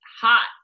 hot